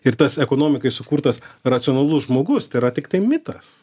ir tas ekonomikai sukurtas racionalus žmogus tėra tiktai mitas